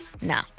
No